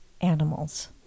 animals